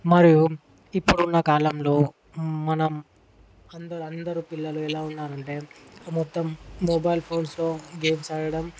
మరియు ఇప్పుడున్న కాలంలో మనం అందరు అందరు పిల్లలు ఎలా ఉన్నారు అంటే మొత్తం మొబైల్ ఫోన్స్లో గేమ్స్ ఆడటం